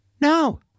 No